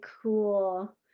cool